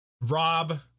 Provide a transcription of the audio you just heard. Rob